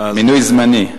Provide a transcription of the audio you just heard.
מינוי זמני.